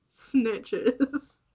Snitches